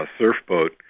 surfboat